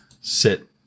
sit